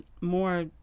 more